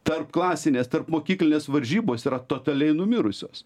tarp klasinės tarpmokyklinės varžybos yra totaliai numirusios